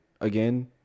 again